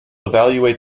evaluate